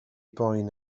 boen